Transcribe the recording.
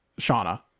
Shauna